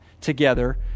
together